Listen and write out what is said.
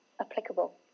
applicable